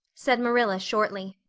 said marilla shortly.